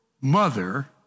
mother